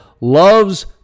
loves